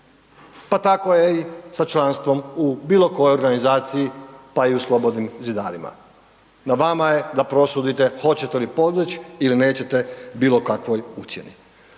Pa tako je i sa članstvom u bilo kojoj organizaciji, pa i u Slobodnim zidarima, na vama je da prosudite, hoćete li podleći ili nećete bilo kakvoj ucjeni.